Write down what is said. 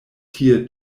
tie